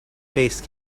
faced